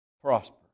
prosper